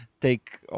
take